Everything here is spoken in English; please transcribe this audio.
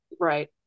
right